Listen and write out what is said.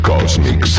Cosmic